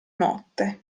notte